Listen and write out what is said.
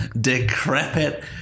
decrepit